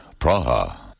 Praha